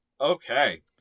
Okay